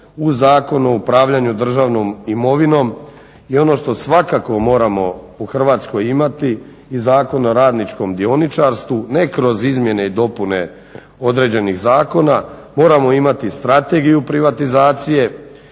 uz Zakon o upravljanju državnom imovinom i ono što svakako moramo u Hrvatskoj imati, i Zakon o radničkom dioničarstvu. Ne kroz izmjene i dopune određenih zakona, moramo imati strategiju privatizacije